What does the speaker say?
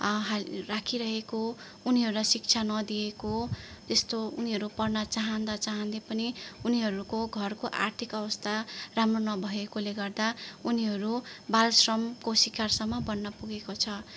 हाल राखिरहेको उनीहरूलाई शिक्षा नदिएको यस्तो उनीहरू पढ्न चाँहदा चाँहदै पनि उनीहरूको घरको आर्थिक अवस्था राम्रो नभएकोले गर्दा उनीहरू बालश्रमको सिकारसम्म बन्न पुगेको छ